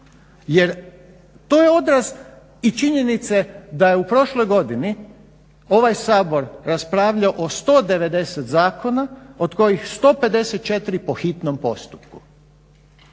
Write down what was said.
jer to je odraz i činjenice da je u prošloj godini ovaj Sabor raspravljao o 190 zakona, od kojih 154 po hitnom postupku.